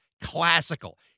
classical